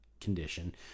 condition